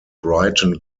brighton